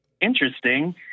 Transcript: interesting